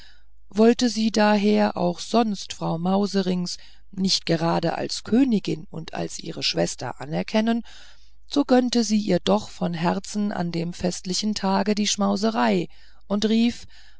wollte sie daher auch sonst frau mauserinks nicht gerade als königin und als ihre schwester anerkennen so gönnte sie ihr doch von herzen an dem festlichen tage die schmauserei und rief